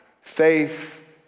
Faith